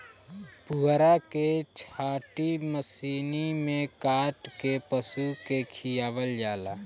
पुअरा के छाटी मशीनी में काट के पशु के खियावल जाला